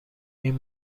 این